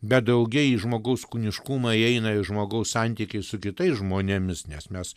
bet daugiai į žmogaus kūniškumą įeina ir žmogaus santykiai su kitais žmonėmis nes mes